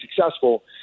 successful